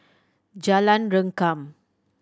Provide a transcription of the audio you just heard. Jalan Rengkam